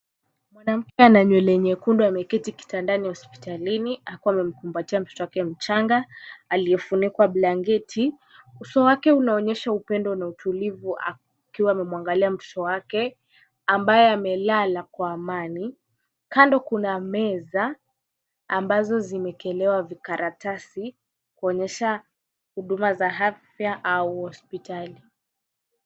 Mwanamke ana nywele nyekundu ameketi kitandani hospitalini, ako amekumbatia mtoto wake mchanga aliyefunikwa blanketi. Uso wake unaonyesha upendo na utulivu akiwa amemwangalia mtoto wake ambaye amelala kwa amani. Kando kuna meza ambazo zimewekelewa vikaratasi kuonyesha huduma za afya au hospitali.